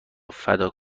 فدا